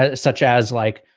ah such as, like,